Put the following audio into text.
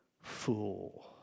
fool